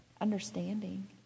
understanding